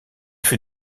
fut